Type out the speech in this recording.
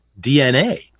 DNA